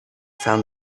found